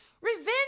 revenge